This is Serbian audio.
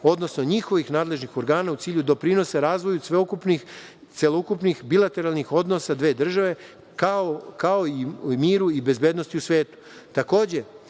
odnosno njihovih nadležnih organa u cilju doprinosa razvoju sveukupnih, celokupnih bilateralnih odnosa dve države, kao i u miru i bezbednosti u